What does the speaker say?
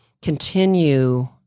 Continue